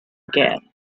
again